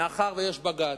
מאחר שיש בג"ץ,